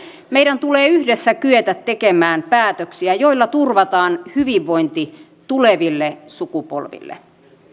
meidän tulee yhdessä kyetä tekemään päätöksiä joilla turvataan hyvinvointi tuleville sukupolville